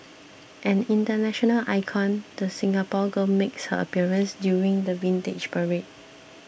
an international icon the Singapore girl makes her appearance during the Vintage Parade